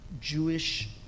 Jewish